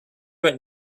right